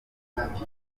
byitezwe